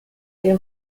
est